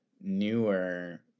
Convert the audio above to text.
newer